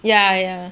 ya ya